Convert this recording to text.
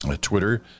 Twitter